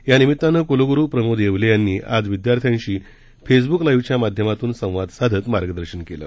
या निमित्तानं कुलगुरू प्रमोद येवले यांनी आज विद्यार्थ्यांशी फेसबुक लाईव्हच्या माध्यमातून संवाद साधत मार्गदर्शन केलं